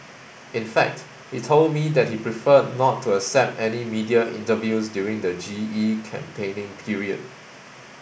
in fact he told me that he preferred not to accept any media interviews during the G E campaigning period